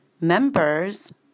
members